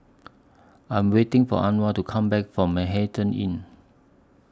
I Am waiting For Anwar to Come Back from Manhattan Inn